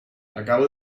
acabo